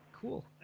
Cool